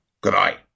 Goodbye